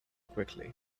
quickly